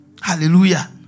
Hallelujah